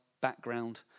background